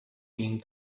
being